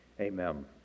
Amen